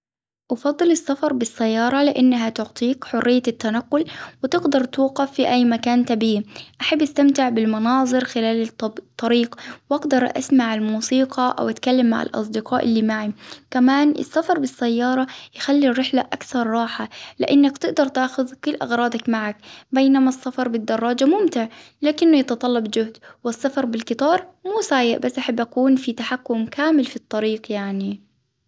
أفضل السفر بالسيارة لأنها تعطيك حرية التنقل وتقدر توقف في أي مكان تبغيه، أحب أستمتع بالمناظر خلال الطريق، وأقدر أسمع الموسيقى أو أتكلم مع الاصدقاء اللي معي، كمان السفر بالسيارة يخلي الرحلة أكثر راحة. لأنك تقدر تاخذ كل أغراضك بينما السفر بالدراجة ممتع لكنه يتطلب جهد والسفر بالقطار بس أحب أكون في تحكم كامل في الطريق يعني.